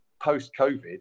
post-COVID